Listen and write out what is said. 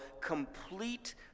complete